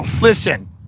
Listen